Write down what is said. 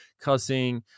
cussing